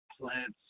plants